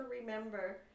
remember